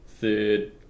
third